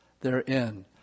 therein